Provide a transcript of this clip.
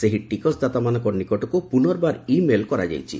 ସେହି ଟିକସଦାତାମାନଙ୍କ ନିକଟକୁ ପୁନର୍ବାର ଇ ମେଲ୍ କରାଯାଇଛି